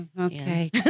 okay